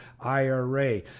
IRA